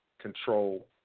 Control